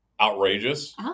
outrageous